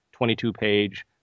22-page